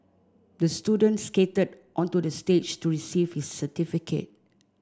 the student skated onto the stage to receive his certificate